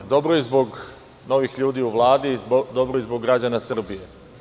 Dobro je i zbog novih ljudi u Vladi i zbog građana Srbije.